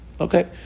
Okay